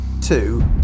Two